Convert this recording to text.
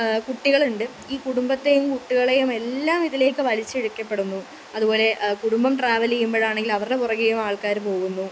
കുട്ടികളുണ്ട് ഈ കുടുമ്പത്തേയും കുട്ടികളേയുമെല്ലാം ഇതിലേക്ക് വലിച്ചിഴക്കപ്പെടുന്നു അതുപോലെ കുടുംബം ട്രാവൽ ചെയ്യുമ്പോഴാണെങ്കിലവരുടെ പുറകേയും ആൾക്കാർ പോകുന്നു